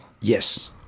yes